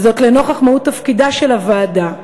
וזאת לנוכח מהות תפקידה של הוועדה: